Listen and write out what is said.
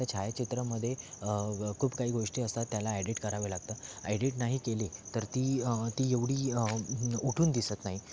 त्या छायाचित्रांमध्ये खूप काही गोष्टी असतात त्याला ॲडीट कराव्या लागतात एडीट नाही केली तर ती ती एवढी उठून दिसत नाही